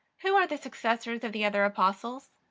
who are the successors of the other apostles?